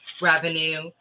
revenue